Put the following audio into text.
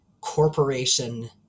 corporation-